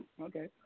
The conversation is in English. Okay